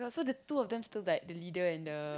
so the two of them still died the leader and the